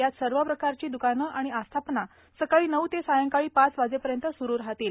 यात सर्व प्रकारची द्रकाने आणि आस्थापना सकाळी नऊ ते सायंकाळी पाच वाजेपर्यंत सुरू राहतील